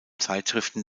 zeitschriften